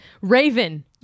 Raven